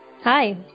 Hi